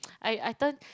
I I turn